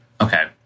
okay